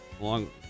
long